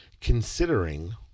considering